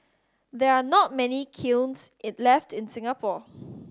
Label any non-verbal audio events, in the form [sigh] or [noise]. there are not many kilns [unintelligible] left in Singapore